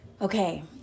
Okay